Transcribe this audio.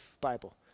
Bible